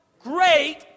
great